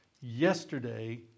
yesterday